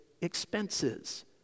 expenses